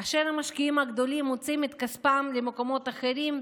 כאשר המשקיעים הגדולים מוציאים את כספם למקומות אחרים,